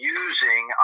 using